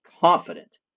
confident